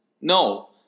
No